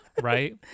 Right